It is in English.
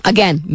Again